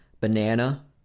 banana